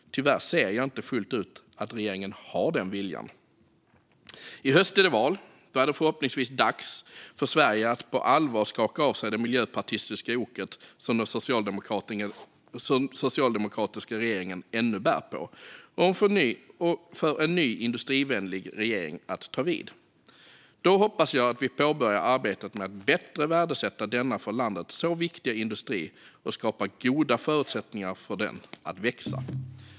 Tyvärr ser jag inte att regeringen har den viljan fullt ut. I höst är det val. Då är det förhoppningsvis dags för Sverige att på allvar skaka av sig det miljöpartistiska ok som den socialdemokratiska regeringen ännu bär på och för en ny, industrivänlig regering att ta vid. Då hoppas jag att vi påbörjar arbetet med att bättre värdesätta denna för landet så viktiga industri och skapar goda förutsättningar för den att växa.